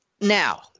Now